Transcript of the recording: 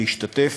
להשתתף,